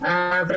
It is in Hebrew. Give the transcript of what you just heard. מתוך